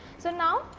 so, now,